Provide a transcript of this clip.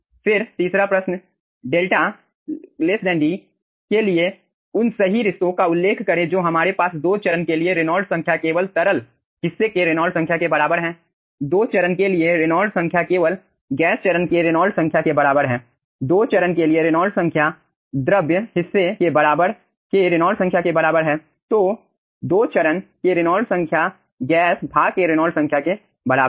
फिर तीसरा प्रश्न 𝛿 D के लिए उन सही रिश्तों का उल्लेख करें जो हमारे पास दो चरण के लिए रेनॉल्ड्स संख्या केवल तरल हिस्से के रेनॉल्ड्स संख्या के बराबर हैं दो चरण के लिए रेनॉल्ड्स संख्या केवल गैस चरण के रेनॉल्ड्स संख्या के बराबर है दो चरण के लिए रेनॉल्ड्स संख्या द्रव्य हिस्से के रेनॉल्ड्स संख्या के बराबर है दो चरण के रेनॉल्ड्स संख्या गैस भाग के रेनॉल्ड्स संख्या के बराबर है